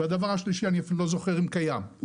הדבר השלישי, אני אפילו לא זוכר אם קיים.